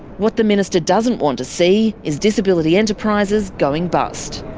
what the minister doesn't want to see is disability enterprises going bust.